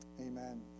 Amen